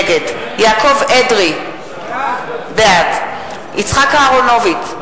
נגד יעקב אדרי, בעד יצחק אהרונוביץ,